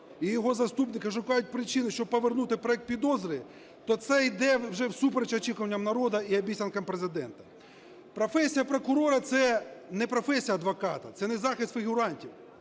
і його заступники шукають причину, щоб повернути проект підозри, то це йде вже всупереч очікуванням народу і обіцянкам Президента. Професія прокурора – це не професія адвоката, це не захист фігурантів,